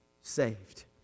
saved